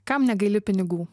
kam negaili pinigų